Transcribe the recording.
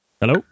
hello